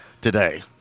today